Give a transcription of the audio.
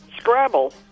scrabble